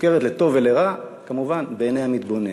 מוכרת לטוב או לרע, כמובן בעיני המתבונן.